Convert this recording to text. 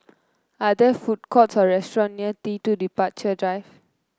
are there food courts or restaurants near T two Departure Drive